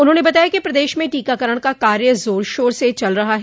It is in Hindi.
उन्होंने बताया कि प्रदेश में टीकाकरण का कार्य जोरशोर से चल रहा है